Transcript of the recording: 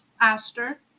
Aster